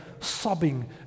Sobbing